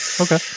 okay